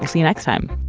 see you next time